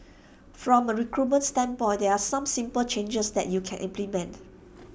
from A recruitment standpoint there are some simple changes that you can implement